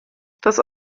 das